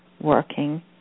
working